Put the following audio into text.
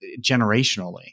generationally